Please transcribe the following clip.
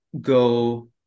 go